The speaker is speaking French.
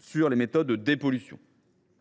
sur les méthodes de dépollution.